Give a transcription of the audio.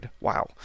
Wow